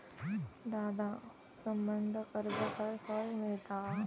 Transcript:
दादा, संबंद्ध कर्ज खंय खंय मिळता